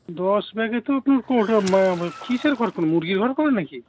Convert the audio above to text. দশ ব্যাগে তো আপনার কটা মা কীসের ঘর করবেন মুরগীর ঘর করবেন নাকি